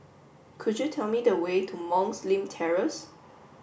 could you tell me the way to Monk's Hill Terrace